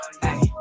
Hey